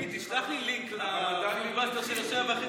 מיקי, תשלח לי לינק לפיליבסטר של השבע שעות וחצי.